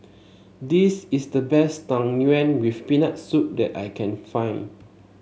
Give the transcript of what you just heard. this is the best Tang Yuen with Peanut Soup that I can find